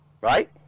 right